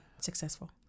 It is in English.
Successful